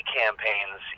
campaigns